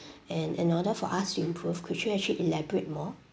and in order for us to improve could you actually elaborate more